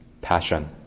passion